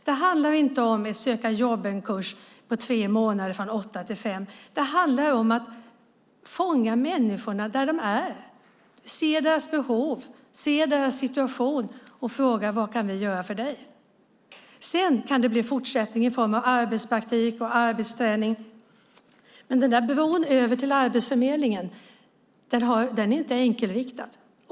Det handlar inte om en söka-jobb-kurs på tre månader från åtta till fem, utan det handlar om att fånga människorna där de är, se deras behov, se deras situation och fråga: Vad kan vi göra för dig? Sedan kan det bli en fortsättning i form av arbetspraktik och arbetsträning. Men den där bron över till Arbetsförmedlingen är inte enkelriktad.